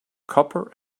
copper